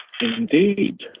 indeed